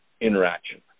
interaction